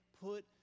put